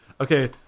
Okay